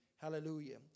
Hallelujah